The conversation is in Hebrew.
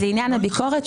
לעניין הביקורת.